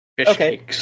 Okay